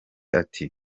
ati